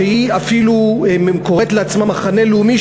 שהיא אפילו קוראת לעצמה מחנה לאומי,